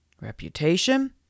Reputation